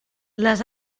les